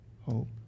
hope